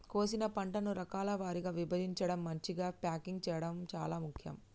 కోసిన పంటను రకాల వారీగా విభజించడం, మంచిగ ప్యాకింగ్ చేయడం చాలా ముఖ్యం